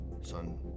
Son